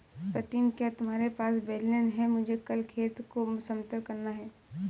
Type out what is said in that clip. प्रीतम क्या तुम्हारे पास बेलन है मुझे कल खेत को समतल करना है?